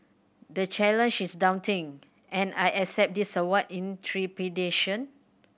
the challenge is daunting and I accept this award in trepidation